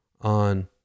on